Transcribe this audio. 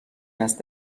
است